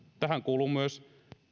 tähän kuuluu myös